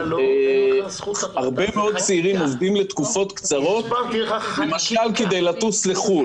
שיש הרבה מאוד צעירים שעובדים לתקופות קצרות כדי לממן טיסה לחו"ל.